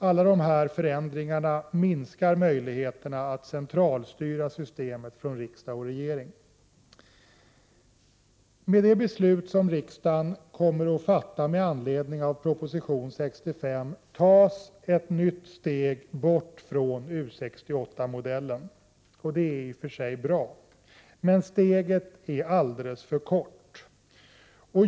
Alla dessa förändringar minskar möjligheterna att centralstyra systemet från riksdag och regering. Med det beslut som riksdagen kommer att fatta med anledning av proposition 65 tas ett nytt steg bort från U 68-modellen. Det är i och för sig bra, men steget är alldeles för kort.